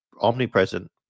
omnipresent